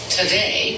today